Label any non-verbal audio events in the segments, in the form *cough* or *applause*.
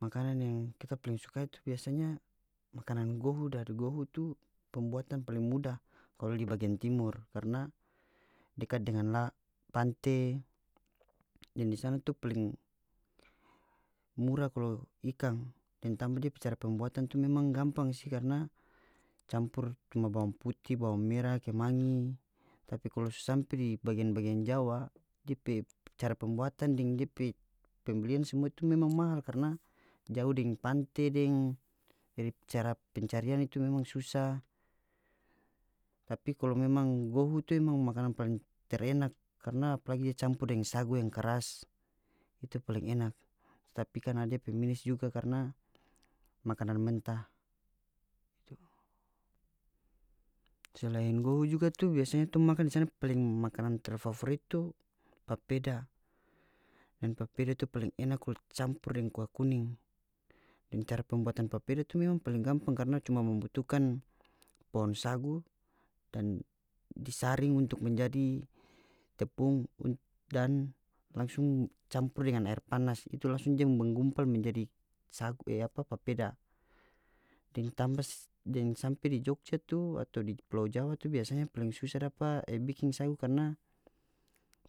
Makanan yang kita paling suka itu biasanya makanan gohu dan gohu tu pembuatan paling mudah kalu di bagian timur karna dekat dengan *hesitation* pante deng di sana tu paling mura kalo ikang deng tamba depe cara pembuatan tu memang gampang si karna campur cuma bawang putih bawang mera kemangi tapi kalu so sampe di bagian-bagian jawa dia pe cara pembuatan deng dia pe pembelian smua itu memang mahal *noise* karna jau deng pante deng jadi cara pencarian itu memang susa tapi kalu memang gohu tu emang makanan paling terenak karna apalagi di campur deng sagu yang karas itu paling enak tapi karna ada dia pe mines juga karna makanan mentah selain gohu juga tu biasanya tong makan di sana paling makanan terfavorit tu papeda dan papeda tu paling enak kalu campur deng kua kuning deng cara pembuatan papeda tu memang paling gampang karna cuma membutukan pohon sagu dan di saring untuk menjadi tepung *hesitation* dan langsung campur dengan aer panas itu langsung dia menggumpal menjadi sagu e apa papeda deng tamba *hesitation* deng sampe di jogja tu atau di pulau jawa tu biasanya paling susa dapa e bikin sagu karna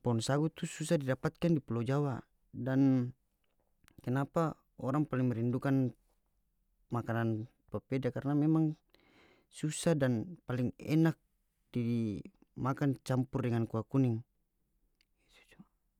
pohon sagu tu susa didapatkan di pulo jawa dan kenapa orang paling merindukan makanan papeda karna memang susa dan paling enak di makan campur dengan kua kuning.